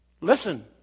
Listen